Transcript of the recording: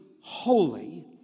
holy